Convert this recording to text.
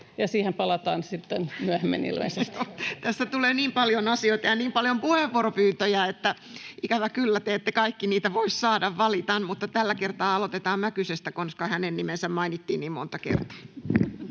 Time: 11:27 Content: Tässä tulee niin paljon asioita ja niin paljon puheenvuoropyyntöjä, että ikävä kyllä te ette kaikki niitä voi saada, valitan. — Mutta tällä kertaa aloitetaan Mäkysestä, koska hänen nimensä mainittiin niin monta kertaa.